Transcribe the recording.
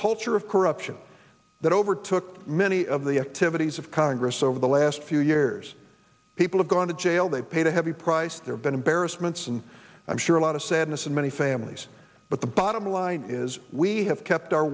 culture of corruption that overtook many of the activities of congress over the last few years people have gone to jail they paid a heavy price there have been embarrassments and i'm sure a lot of sadness in many families but the bottom line is we have kept our